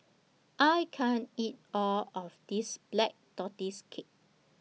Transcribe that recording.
I can't eat All of This Black Tortoise Cake